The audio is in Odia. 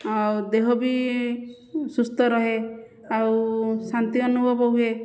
ଆଉ ଦେହ ବି ସୁସ୍ଥ ରହେ ଆଉ ଶାନ୍ତି ଅନୁଭବ ହୁଏ